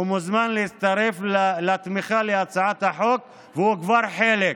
מוזמן להצטרף לתמיכה בהצעת החוק, והוא כבר חלק.